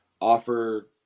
offer